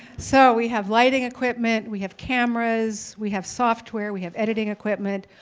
so we have lighting equipment, we have cameras, we have software, we have editing equipment,